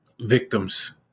victims